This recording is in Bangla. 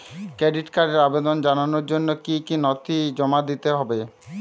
ক্রেডিট কার্ডের আবেদন জানানোর জন্য কী কী নথি জমা দিতে হবে?